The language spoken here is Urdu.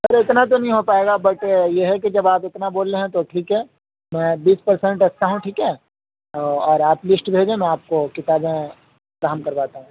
ارے اتنا تو نہیں ہو پائے گا بٹ یہ ہے کہ جب آپ اتنا بول رہے ہیں تو ٹھیک ہے میں بیس پر سینٹ رکھتا ہوں ٹھیک ہے او اور آپ لیسٹ بھیجیں میں آپ کو کتابیں فراہم کرواتا ہوں